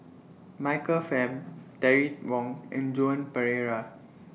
Michael Fam Terry Wong and Joan Pereira